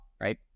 right